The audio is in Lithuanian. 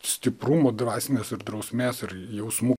stiprumo dvasinės ir drausmės ir jausmų